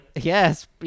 Yes